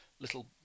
little